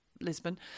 Lisbon